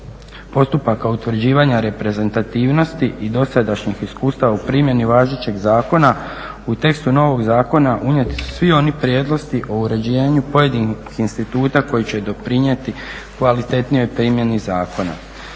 postupaka utvrđivanja reprezentativnosti i dosadašnjih iskustava u primjeni važećeg zakona u tekstu novog zakona unijeti su svi oni prijedlozi o uređenju pojedinih instituta koji će doprinijeti kvalitetnijoj primjeni zakona.